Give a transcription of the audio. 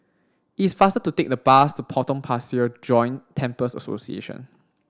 it's faster to take the bus to Potong Pasir Joint Temples Association